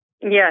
Yes